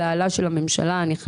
יש את הפאניקה והבהלה של הממשלה הנכנסת.